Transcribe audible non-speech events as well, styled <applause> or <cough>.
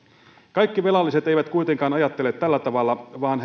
kaikki velalliset eivät kuitenkaan ajattele tällä tavalla vaan <unintelligible>